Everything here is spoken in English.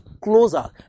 closer